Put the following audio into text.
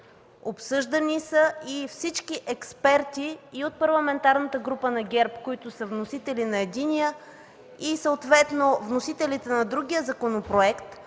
обсъждани са и всички експерти – и от Парламентарната група на ГЕРБ, които са вносители на единия, и съответно вносителите на другия законопроект,